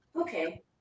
Okay